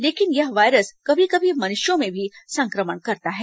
लेकिन यह वायरस कभी कभी मनुष्यों में भी संक्रमण करता है